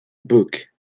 book